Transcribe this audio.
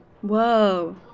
Whoa